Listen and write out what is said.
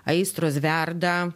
aistros verda